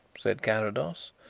said carrados.